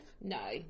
No